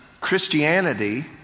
Christianity